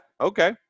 Okay